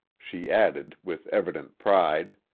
she added, with evident pride.